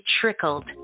trickled